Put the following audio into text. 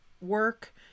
work